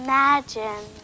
Imagine